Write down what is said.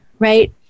Right